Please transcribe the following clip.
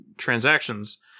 transactions